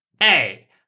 hey